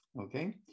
Okay